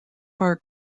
far